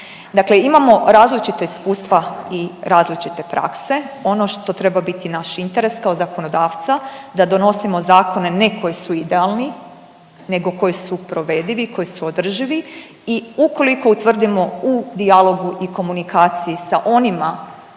Dakle, imamo različita iskustva i različite prakse, ono što treba biti naš interes kao zakonodavca da donosimo zakone ne koji su idealni nego koji su provedivi koji su održivi i ukoliko utvrdimo u dijalogu i komunikaciji sa onima